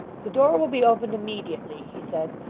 the door will be opened immediately he said.